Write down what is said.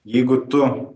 jeigu tu